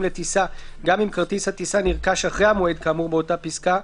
לטיסה גם אם כרטיס הטיסה נרכש אחרי המועד כאמור באותה פסקה,